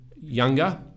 younger